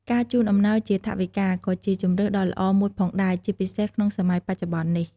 ការជូនអំណោយជា ថវិកា ក៏ជាជម្រើសដ៏ល្អមួយផងដែរ ជាពិសេសក្នុងសម័យបច្ចុប្បន្ននេះ។